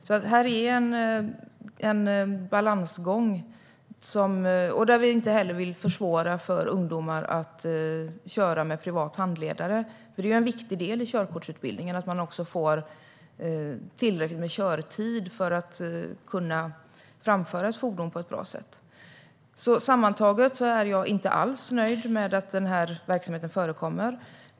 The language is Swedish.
Det är en balansgång. Vi vill inte heller försvåra för ungdomar att köra med privat handledare, för det är ju en viktig del i körkortsutbildningen att man också får tillräckligt med körtid för att kunna framföra ett fordon på ett bra sätt. Sammantaget är jag alltså inte alls nöjd med att verksamheten förekommer.